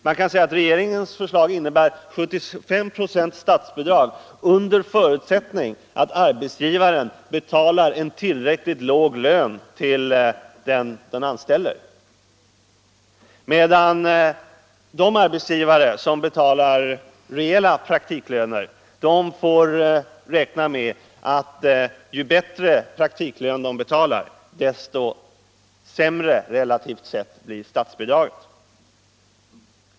Man kan säga att regeringens förslag innebar 75 96 statsbidrag under förutsättning att arbetsgivaren betalar en tillräckligt låg lön till den han anställer, medan de arbetsgivare som betalar rejäla praktikantlöner får räkna med att ju bättre praktikantlön de betalar. desto sämre relativt sett blir statsbidraget.